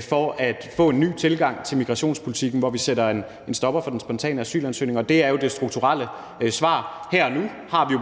for at få en ny tilgang til migrationspolitikken, så vi sætter en stopper for den spontane asylansøgning, og det er jo det strukturelle svar. Her og nu har vi